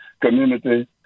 community